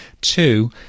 two